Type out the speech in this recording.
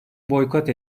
boykot